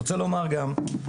אלא בכדורגל שזה ענף 5 על 5,